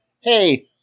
hey